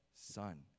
son